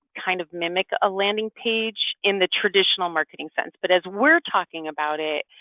kind of mimic a landing page in the traditional marketing sense, but as we're talking about it